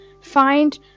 find